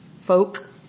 folk